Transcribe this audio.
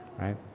right